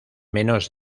menos